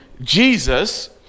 Jesus